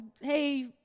hey